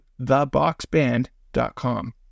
theboxband.com